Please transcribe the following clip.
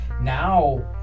now